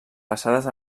passades